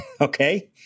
okay